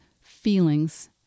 feelings